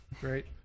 Great